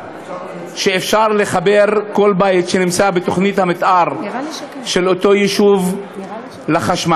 שאפשר לחבר כל בית שנמצא בתוכנית המתאר של אותו יישוב לחשמל.